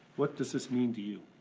what does this mean to you?